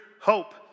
hope